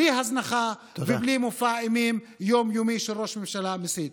בלי הזנחה ובלי מופע אימים יום-יומי של ראש ממשלה מסית.